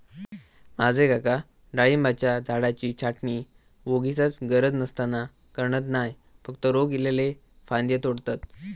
माझे काका डाळिंबाच्या झाडाची छाटणी वोगीचच गरज नसताना करणत नाय, फक्त रोग इल्लले फांदये तोडतत